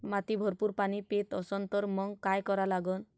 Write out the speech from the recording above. माती भरपूर पाणी पेत असन तर मंग काय करा लागन?